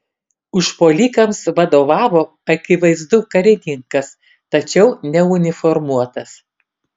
užpuolikams vadovavo akivaizdu karininkas tačiau neuniformuotas